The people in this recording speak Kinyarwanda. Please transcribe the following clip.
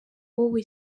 wowe